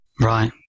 Right